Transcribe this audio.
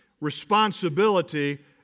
responsibility